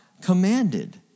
commanded